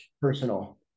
personal